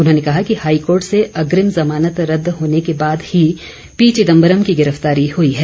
उन्होंने कहा कि हाईकोर्ट से अग्रिम जमानत रद्द होने के बाद ही पी चिदंबरम की गिरफ्तारी हुई है